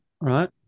Right